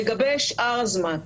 לגבי שאר הזמן,